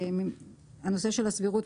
הנושא של הסבירות,